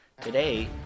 Today